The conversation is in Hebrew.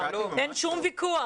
אין שום ויכוח.